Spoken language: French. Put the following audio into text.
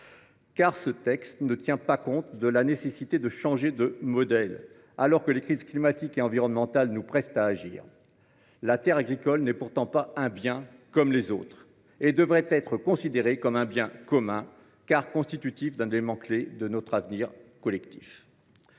de fait, ne tient pas compte de la nécessité de changer de modèle, alors que les crises climatiques et environnementales nous pressent d’agir. La terre agricole n’est pourtant pas un bien comme les autres. Elle devrait être considérée comme un bien commun, car elle constitue un élément clé de notre avenir collectif.